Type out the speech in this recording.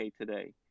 today